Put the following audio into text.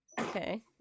Okay